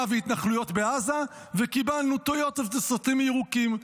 והתנחלויות בעזה וקיבלנו טויוטות וסרטים ירוקים.